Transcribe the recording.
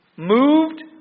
Moved